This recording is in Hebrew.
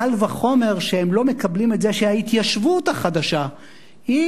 קל וחומר שהם לא מקבלים את זה שההתיישבות החדשה היא